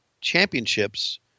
championships